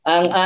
Ang